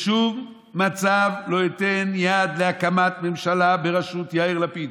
בשום מצב לא אתן יד להקמת ממשלה בראשות יאיר לפיד,